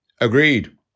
Agreed